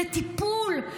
לטיפול,